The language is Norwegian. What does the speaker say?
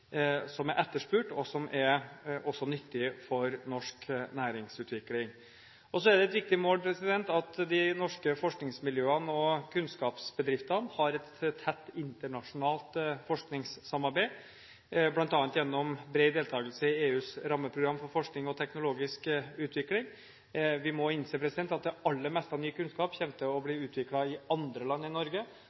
som er etterspurt, og som også er nyttig for norsk næringsutvikling. Så er det et viktig mål at de norske forskningsmiljøene og kunnskapsbedriftene har et tett internasjonalt forskningssamarbeid, bl.a. gjennom bred deltakelse i EUs rammeprogram for forskning og teknologisk utvikling. Vi må innse at det aller meste av ny kunnskap kommer til å bli utviklet i andre land enn Norge,